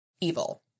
evil